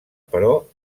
però